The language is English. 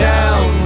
Down